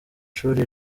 shuri